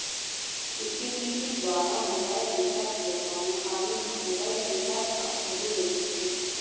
Utility ద్వారా mobile recharge సేసాను కానీ నా మొబైల్ రీచార్జి కాలేదు ఎందుకు?